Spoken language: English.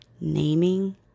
naming